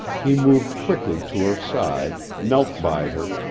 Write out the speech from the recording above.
he moved quickly to her side, knelt by her,